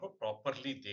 properly